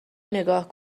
نگاه